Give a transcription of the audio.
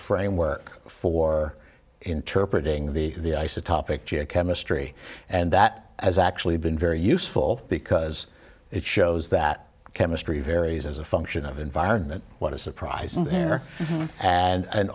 framework for interpret ing the isotopic chemistry and that has actually been very useful because it shows that chemistry varies as a function of environment what is surprising there and